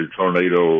tornado